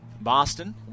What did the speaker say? Boston